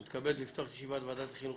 אני מתכבד לפתוח את ישיבת ועדת החינוך,